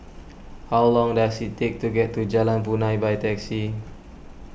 how long does it take to get to Jalan Punai by taxi